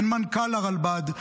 אין מנכ"ל לרלב"ד.